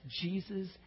Jesus